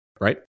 right